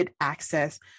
access